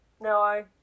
No